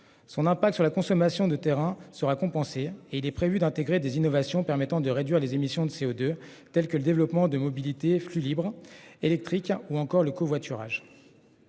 son impact sur la consommation de terrains sera compensée et il est prévu d'intégrer des innovations permettant de réduire les émissions de CO2 tels que le développement de mobilité flux libre électrique ou encore le covoiturage.